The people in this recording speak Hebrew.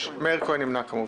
אושר.